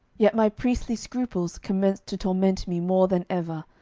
yet my priestly scruples commenced to torment me more than ever,